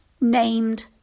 named